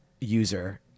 user